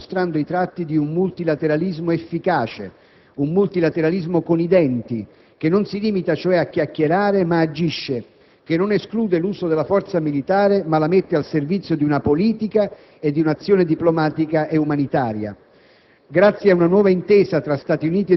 Lo sforzo comune sul Libano sta infatti mostrando i tratti di un «multilateralismo efficace», un multilateralismo con i denti, che non si limita cioè a chiacchierare ma agisce; che non esclude l'uso della forza militare ma la mette al servizio di una politica e di un'azione diplomatica e umanitaria.